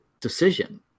decision